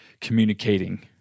communicating